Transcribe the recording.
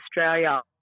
australia